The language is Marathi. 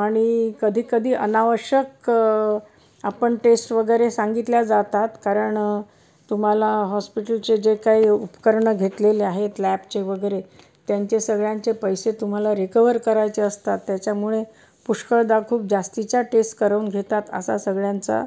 आणि कधी कधी अनावश्यक आपण टेस्ट वगैरे सांगितल्या जातात कारण तुम्हाला हॉस्पिटलचे जे काही उपकरणं घेतलेले आहेत लॅबचे वगैरे त्यांचे सगळ्यांचे पैसे तुम्हाला रिकवर करायचे असतात त्याच्यामुळे पुष्कळदा खूप जास्तीच्या टेस्ट करून घेतात असा सगळ्यांचा